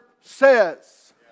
says